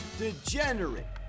degenerate